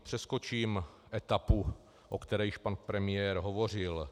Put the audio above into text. Přeskočím etapu, o které již pan premiér hovořil.